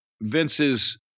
Vince's